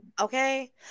Okay